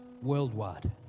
worldwide